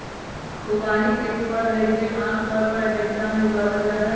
खुबानी एक फल हई, जो आम तौर पर अमेरिका में उगावल जाहई